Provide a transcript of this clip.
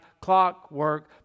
clockwork